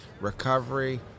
recovery